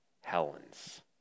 Helens